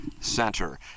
center